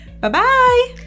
Bye-bye